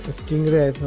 stingray